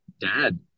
dad